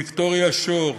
ויקטוריה שור,